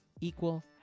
equal